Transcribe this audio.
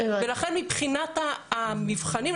לכן מבחינת המבחנים,